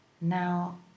Now